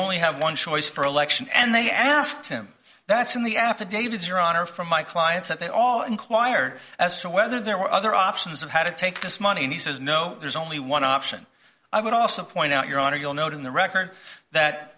only have one choice for election and they asked him that's in the affidavit your honor from my clients that they all inquired as to whether there were other options of how to take this money and he says no there's only one option i would also point out your honor you'll note in the record that